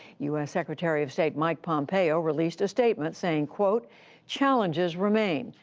u s. secretary of state mike pompeo released a statement saying quote challenges remain,